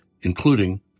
including